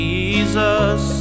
Jesus